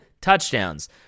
touchdowns